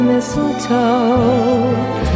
mistletoe